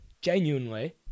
Genuinely